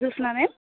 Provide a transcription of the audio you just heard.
Jyotsna ma'am